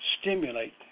stimulate